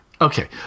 Okay